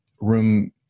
room